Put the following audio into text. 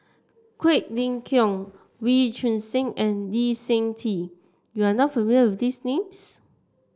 Quek Ling Kiong Wee Choon Seng and Lee Seng Tee you are not familiar with these names